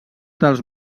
dels